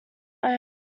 know